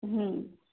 હમ